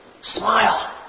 smile